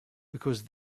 because